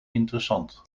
interessant